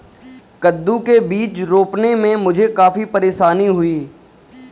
कद्दू के बीज रोपने में मुझे काफी परेशानी हुई